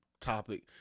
topic